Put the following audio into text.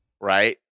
right